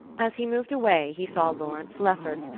as he moved away he saw lawrence lefferts,